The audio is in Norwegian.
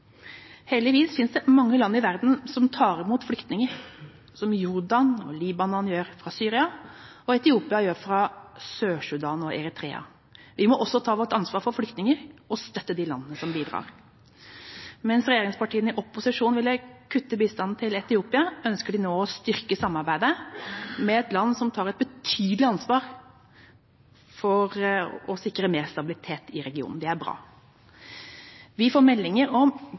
Heldigvis finnes det mange land i verden som tar imot flyktninger, Jordan og Libanon gjør det fra Syria, og Etiopia gjør det fra Sør-Sudan og Eritrea. Vi må også ta vårt ansvar for flyktninger og støtte de landene som bidrar. Mens regjeringspartiene i opposisjon ville kutte bistanden til Etiopia, ønsker de nå å styrke samarbeidet med et land som tar et betydelig ansvar for å sikre mer stabilitet i regionen. Det er bra. Vi får meldinger om